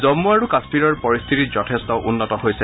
জম্মু আৰু কাম্মীৰৰ পৰিস্থিতি যথেষ্ট উন্নত হৈছে